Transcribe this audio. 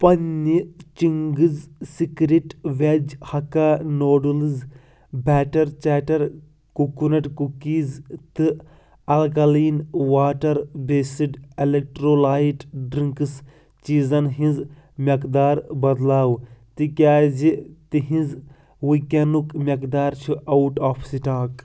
پنٕنہِ Ching's secret veg Hakka noodles batter chatter coconut cookies تہٕ alkaline water based electrolyte drinks چیٖزن ہٕنٛز مؠقدار بدلاو تِکیٛازِ تِہٕنٛز وُنکٮ۪نُک مٮ۪قدار چھُ آوُٹ آف سِٹاک